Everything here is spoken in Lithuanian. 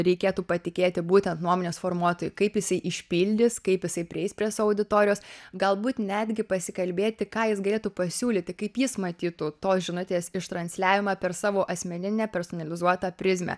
reikėtų patikėti būtent nuomonės formuotojui kaip jisai išpildys kaip jisai prieis prie savo auditorijos galbūt netgi pasikalbėti ką jis galėtų pasiūlyti kaip jis matytų tos žinutės iš transliavimą per savo asmeninę personalizuotą prizmę